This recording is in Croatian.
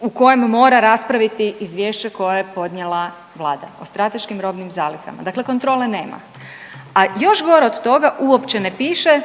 u kojem mora raspraviti izvješće koje je podnije vlada o strateškim robnim zalihama. Dakle, kontrole nema. A još gore od toga uopće ne piše